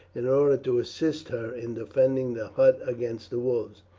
in order to assist her in defending the hut against the wolves.